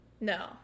No